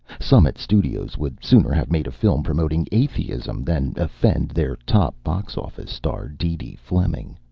summit studios would sooner have made a film promoting atheism than offend their top box-office star, deedee fleming.